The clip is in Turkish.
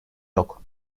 yok